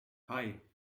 hei